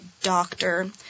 doctor